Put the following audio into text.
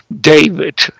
David